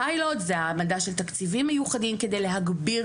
הפיילוט זה העמדה של תקציבים מיוחדים כדי להגביר